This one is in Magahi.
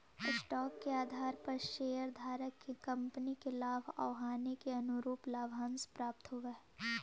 स्टॉक के आधार पर शेयरधारक के कंपनी के लाभ आउ हानि के अनुरूप लाभांश प्राप्त होवऽ हई